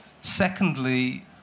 Secondly